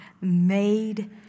made